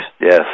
Yes